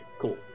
cool